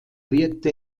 wirkte